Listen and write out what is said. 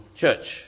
church